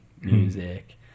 music